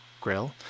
grill